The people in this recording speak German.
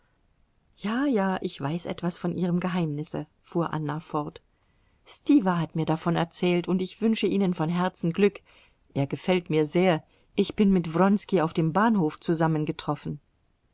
ja ja ich weiß etwas von ihrem geheimnisse fuhr anna fort stiwa hat mir davon erzählt und ich wünsche ihnen von herzen glück er gefällt mir sehr ich bin mit wronski auf dem bahnhof zusammengetroffen